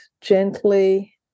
gently